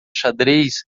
xadrez